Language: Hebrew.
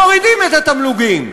מורידים את התמלוגים,